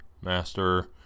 master